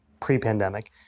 pre-pandemic